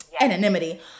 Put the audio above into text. anonymity